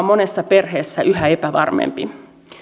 monessa perheessä yhä epävarmempi